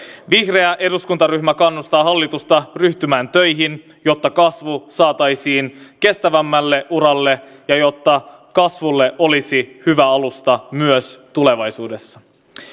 vihreä eduskuntaryhmä kannustaa hallitusta ryhtymään töihin jotta kasvu saataisiin kestävämmälle uralle ja jotta kasvulle olisi hyvä alusta myös tulevaisuudessa